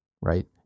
Right